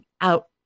out